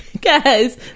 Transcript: guys